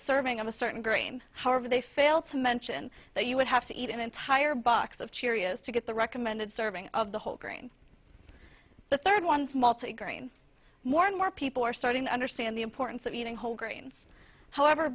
serving of a certain grain however they fail to mention that you would have to eat an entire box of cheerios to get the recommended serving of the whole grains the third ones multi grain more and more people are starting to understand the importance of eating whole grains however